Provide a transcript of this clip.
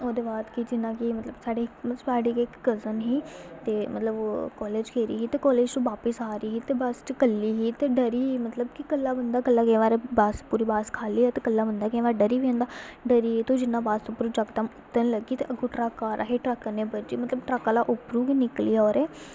ओह्दे बाद की जि'यां की साढ़ी गै इक कज़िन ही ते मतलब की ओह् कॉलेज गेदी ही ते कॉलेज तों बापस आ दी ही ते बस्स च कल्ली ही ते डरी मतलब की कल्ला बंदा कल्ला बस्स केईं बारी बस्स खाली होऐ ते कल्ला बंदा केईं बारी डरी बी जन्दा डरी ते बस्स उप्परा जकदम उतरन लगी ते अग्गूं ट्रक आ दा ही ते ट्रक कन्नै बज्जी ट्रक आह्ला उप्परू बी निकली आ ओह्दे